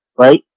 right